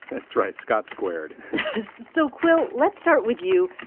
that's right scott squared so, quil, let's start with you.